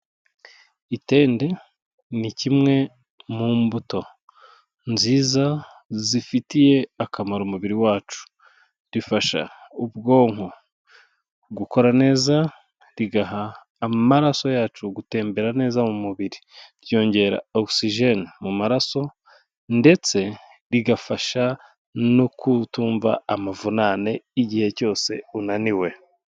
Itende ni kimwe mu mbuto nziza zifitiye akamaro umubiri wacu. Rifasha ubwonko gukora neza, rigaha amaraso yacu gutembera neza mu mubiri, ryongera oxygen mu maraso ndetse rigafasha no kutumva amavunane igihe cyose unaniwe.